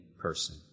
person